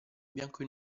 bianco